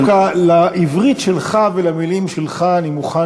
דווקא לעברית שלך ולמילים שלך אני מוכן